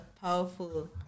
powerful